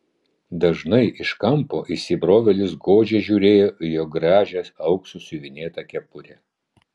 dažnai iš kampo įsibrovėlis godžiai žiūrėjo į jo gražią auksu siuvinėtą kepurę